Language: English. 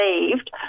received